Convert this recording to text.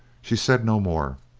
she said no more.